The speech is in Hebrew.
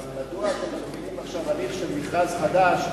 אבל מדוע אתם מתכננים עכשיו הליך של מכרז חדש,